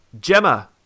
Gemma